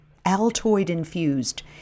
Altoid-infused